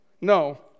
No